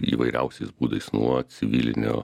įvairiausiais būdais nuo civilinio